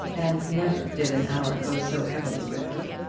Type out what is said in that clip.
and never did an hour go so heavily with her.